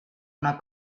una